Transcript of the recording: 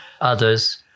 Others